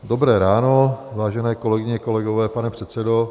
Dobré ráno, vážené kolegyně, kolegové, pane předsedo.